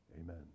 Amen